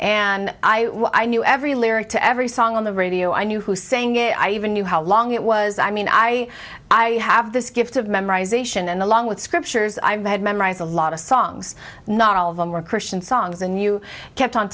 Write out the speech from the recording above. and i knew every lyric to every song on the radio i knew who saying it i even knew how long it was i mean i i have this gift of memorization and along with scriptures i'm had memorized a lot of songs not all of them were christian songs and you kept on